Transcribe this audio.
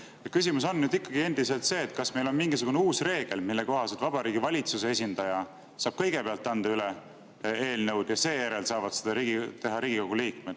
Küsimus on ikkagi endiselt see, kas meil on mingisugune uus reegel, mille kohaselt Vabariigi Valitsuse esindaja saab kõigepealt eelnõu üle anda ja seejärel saavad seda teha Riigikogu liikmed.